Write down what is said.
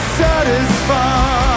satisfied